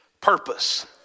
purpose